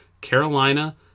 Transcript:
Carolina